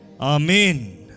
Amen